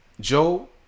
Joe